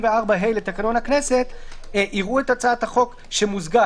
סעיף 84(ה) לתקנון הכנסת יראו את הצעת החוק שמוזגה,